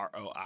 ROI